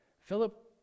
Philip